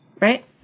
right